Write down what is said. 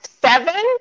Seven